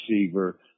receiver